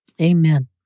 Amen